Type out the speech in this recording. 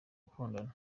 gukundana